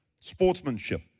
sportsmanship